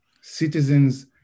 citizens